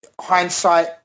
hindsight